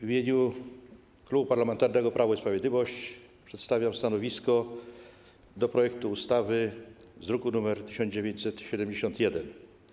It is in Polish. W imieniu Klubu Parlamentarnego Prawo i Sprawiedliwość przedstawiam stanowisko odnośnie do projektu ustawy z druku nr 1971.